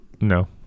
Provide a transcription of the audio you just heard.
No